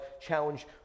challenge